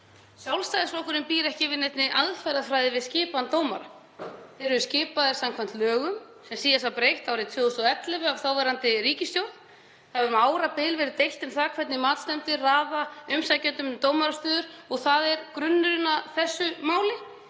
Sjálfstæðisflokkurinn býr ekki yfir neinni aðferðafræði við skipan dómara. Þeir eru skipaðir samkvæmt lögum sem síðast var breytt árið 2011 af þáverandi ríkisstjórn. Um árabil hefur verið deilt um það hvernig matsnefndir raða umsækjendum um dómarastöður og það er grunnurinn að þessu máli.